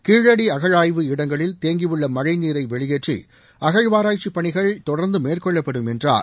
கீழடி அகழாய்வு இடங்களில் தேங்கியுள்ள மழைநீரை வெளியேற்றி அகழாராய்ச்சிப் பணிகள் தொடர்ந்து மேற்கொள்ளப்படும் என்றார்